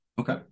Okay